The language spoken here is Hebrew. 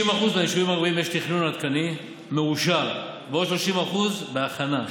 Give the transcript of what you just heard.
ל-60% מהיישובים הערביים יש תכנון עדכני מאושר ועוד 30% בהכנה.